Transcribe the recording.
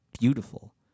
beautiful